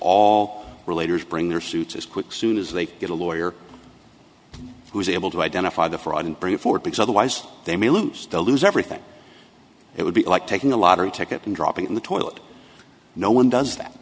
all related bring their suit as quick soon as they get a lawyer who is able to identify the fraud and bring it forward because otherwise they may lose the lose everything it would be like taking a lottery ticket and dropping in the toilet no one does that